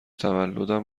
تولدم